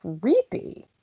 creepy